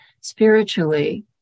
spiritually